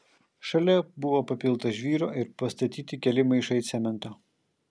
šalia buvo papilta žvyro ir pastatyti keli maišai cemento